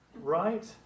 Right